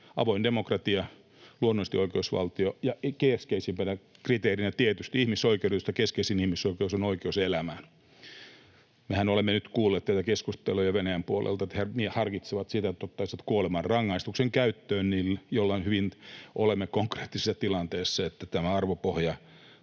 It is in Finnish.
avoin demokratia, luonnollisesti oikeusvaltio ja keskeisimpänä kriteerinä tietysti ihmisoikeudet, joista keskeisin on oikeus elämään. Mehän olemme nyt kuulleet tätä keskustelua jo Venäjän puolelta, että he harkitsevat sitä, että ottaisivat kuolemanrangaistuksen käyttöön, jolloin olemme siinä hyvin konkreettisessa tilanteessa, että tämä arvopohja